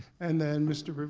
and then mr,